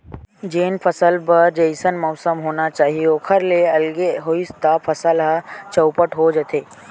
जेन फसल बर जइसन मउसम होना चाही ओखर ले अलगे होइस त फसल ह चउपट हो जाथे